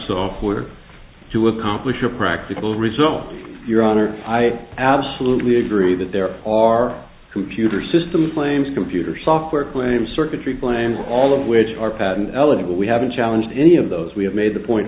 software to accomplish a practical result your honor i absolutely agree that there are computer systems claims computer software claims circuitry claims all of which are patent eligible we haven't challenged any of those we have made the point